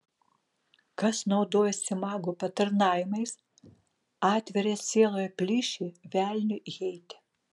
kas naudojasi magų patarnavimais atveria sieloje plyšį velniui įeiti